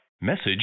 Message